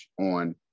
on